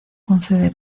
concede